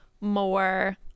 more